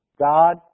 God